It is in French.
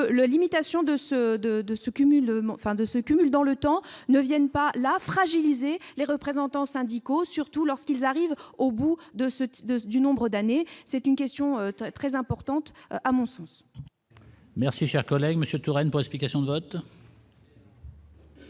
cumulent enfin de ce cumul dans le temps ne viennent pas la fragiliser les représentants syndicaux, surtout lorsqu'ils arrivent au bout de ce type de du nombre d'années, c'est une question très importante, à mon sens. Merci, cher collègue Monsieur Touraine presque question de vote.